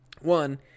one